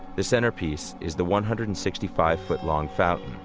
the centerpiece is the one hundred and sixty five foot long fountain.